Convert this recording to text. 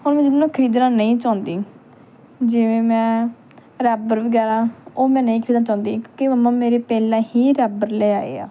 ਹੁਣ ਮੈਂ ਜਿਹਨਾਂ ਨੂੰ ਖਰੀਦਣਾ ਨਹੀਂ ਚਾਹੁੰਦੀ ਜਿਵੇਂ ਮੈਂ ਰੈਬਰ ਵਗੈਰਾ ਉਹ ਮੈਂ ਨਹੀਂ ਖਰੀਦਣਾ ਚਾਹੁੰਦੀ ਕਿਉਂਕਿ ਮੰਮਾ ਮੇਰੇ ਪਹਿਲਾਂ ਹੀ ਰੈਬਰ ਲੈ ਆਏ ਆ